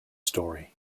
story